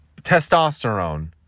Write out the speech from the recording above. testosterone